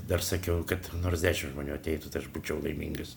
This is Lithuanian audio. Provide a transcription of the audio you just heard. dar sakiau kad nors dešimt žmonių ateitų tai aš būčiau laimingas